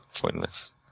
pointless